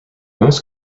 most